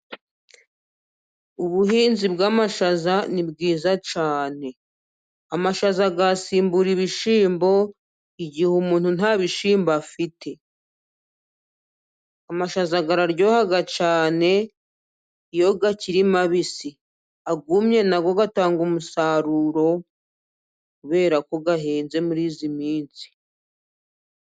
Ubuhinzi bw'amashaza ni bwiza cyane. Amashaza yasimbura ibishyimbo igihe umuntu nta bishyimbo afite. Amashaza araryoha cyane iyo akiri mabisi, ayumye na yo atanga umusaruro kubera ko ahenze muri iyi minsi.